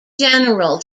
general